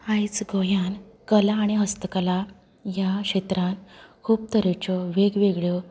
आयज गोंयांत कला आनी हस्तकला ह्या क्षेत्रांत खूब तरेच्यो वेगवेगळ्यो